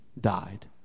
died